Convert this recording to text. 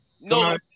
No